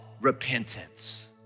Repentance